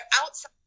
outside